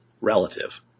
relative